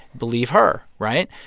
believe her, right?